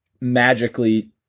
magically